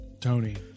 Tony